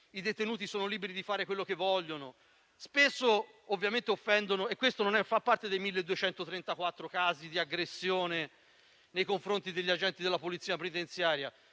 i detenuti sono liberi di fare quello che vogliono, spesso ovviamente offendendo. Questo non fa parte dei 1.234 casi di aggressione nei confronti degli agenti della polizia penitenziaria;